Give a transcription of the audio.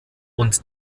und